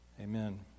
Amen